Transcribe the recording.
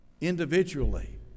individually